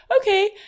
okay